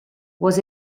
was